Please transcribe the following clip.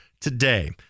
today